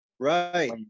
Right